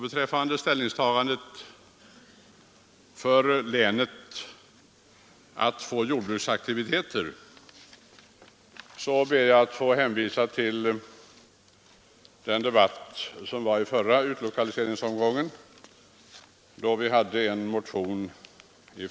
Beträffande ställningstagandet att länet bör få jordbruksaktiviteter ber jag att få hänvisa till den debatt som fördes i samband med förra utlokaliseringsomgången 1971.